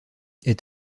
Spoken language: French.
est